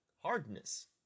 hardness